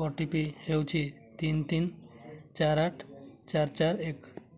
ଓ T P ହେଉଛି ତିନ ତିନ ଚାର ଆଠ ଚାର ଚାର ଏକ